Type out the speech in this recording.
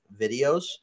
videos